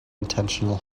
intentional